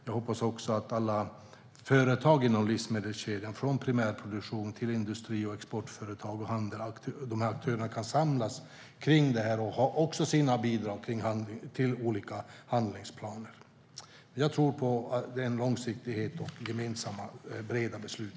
Jag hoppas att också alla företag inom livsmedelskedjan, från primärproduktion till industri och exportföretag och andra aktörer, kan samlas kring detta och också bidra till olika handlingsplaner. Jag tror på långsiktighet och gemensamma, breda beslut.